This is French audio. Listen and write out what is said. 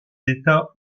états